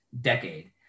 decade